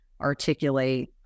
articulate